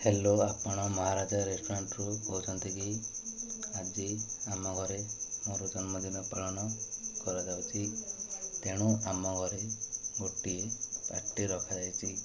hello ଆପଣ ମହାରାଜା ରେଷ୍ଟୁରାଣ୍ଟରୁ କହୁଛନ୍ତି କି ଆଜି ଆମ ଘରେ ମୋର ଜନ୍ମଦିନ ପାଳନ କରାଯାଉଛି ତେଣୁ ଆମ ଘରେ ଗୋଟିଏ ପାର୍ଟି ରଖାଯାଇଛି